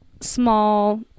small